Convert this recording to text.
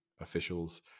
officials